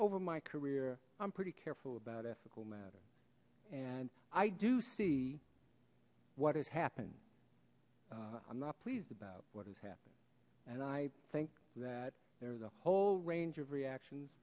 over my career i'm pretty careful about ethical matter and i do see what has happened i'm not pleased about what has happened and i think that there's a whole range of reactions